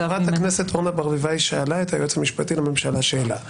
חברת הכנסת אורנה ברביבאי שאלה את היועץ המשפטי לוועדה שאלה.